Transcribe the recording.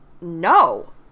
no